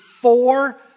four